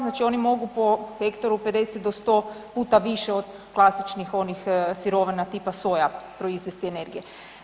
Znači oni mogu po hektaru 50 do 100 puta više od klasičnih onih sirovina tipa soja proizvesti energije.